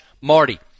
Marty